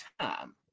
time